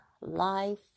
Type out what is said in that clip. life